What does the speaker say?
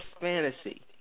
fantasy